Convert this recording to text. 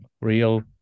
real